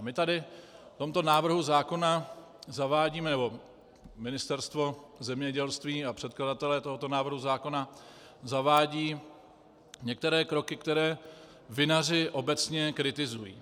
My tady v tomto návrhu zákona zavádíme, nebo Ministerstvo zemědělství a předkladatelé tohoto návrhu zákona zavádějí některé kroky, které vinaři obecně kritizují.